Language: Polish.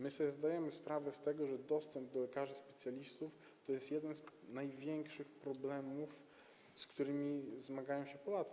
My sobie zdajemy sprawę z tego, że dostęp do lekarzy specjalistów to jest jeden z największych problemów, z którymi zmagają się Polacy.